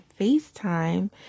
FaceTime